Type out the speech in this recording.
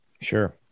Sure